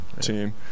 team